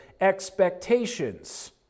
expectations